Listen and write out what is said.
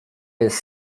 jest